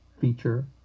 feature